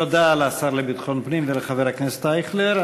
תודה לשר לביטחון פנים ולחבר הכנסת אייכלר.